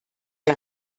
der